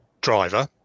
driver